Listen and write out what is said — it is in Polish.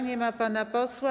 Nie ma pana posła.